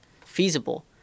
feasible